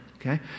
okay